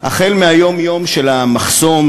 החל מהיום-יום של המחסום,